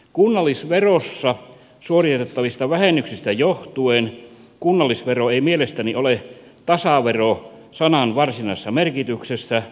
kunnallisverossa suoritettavista vähennyksistä johtuen kunnallisvero ei mielestäni ole tasavero sanan varsinaisessa merkityksessä